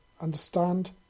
Understand